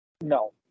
no